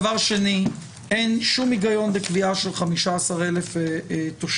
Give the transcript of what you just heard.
דבר שני, אין שום היגיון בקביעה של 15,000 תושבים.